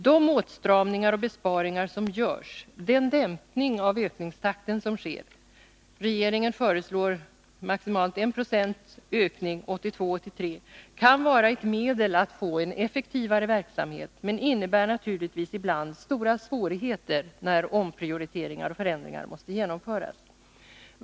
De åtstramningar och besparingar som görs, den dämpning av ökningstakten som sker — regeringen föreslår maximalt 1 26 ökning 1982/83 — kan vara ett medel att få en effektivare verksamhet, men innebär naturligtvis ibland stora svårigheter, när omprioriteringar och förändringar måste genomföras.